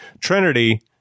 Trinity